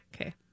okay